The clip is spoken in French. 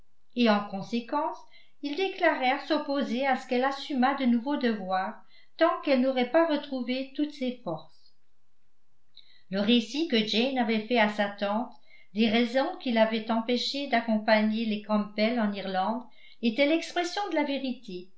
et en conséquence ils déclarèrent s'opposer à ce qu'elle assumât de nouveaux devoirs tant qu'elle n'aurait pas retrouvé toutes ses forces le récit que jane avait fait à sa tante des raisons qui l'avaient empêchée d'accompagner les campbell en irlande était l'expression de la vérité